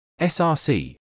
src